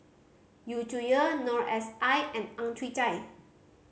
Yu Zhuye Noor S I and Ang Chwee Chai